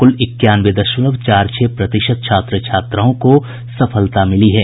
कुल इक्यानवे दशमलव चार छह प्रतिशत छात्र छात्राओं को सफलता मिली है